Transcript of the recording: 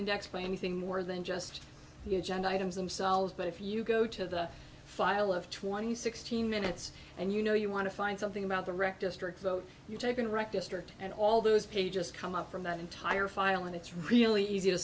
the thing more than just the agenda items themselves but if you go to the file of twenty sixteen minutes and you know you want to find something about the wreck district vote you taken right district and all those pages come up from that entire file and it's really easy to